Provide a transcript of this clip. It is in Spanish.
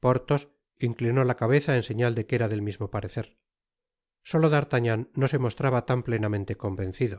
porthos inclinó la cabeza en señal de que era del mismo parecer solo d'artagnan no se mostraba tan plenamente convencido